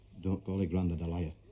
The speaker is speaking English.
don't call your grandad a liar.